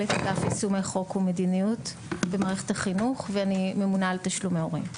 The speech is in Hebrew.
חוק ומדיניות במערכת החינוך ואני ממונה על תשלומי הורים.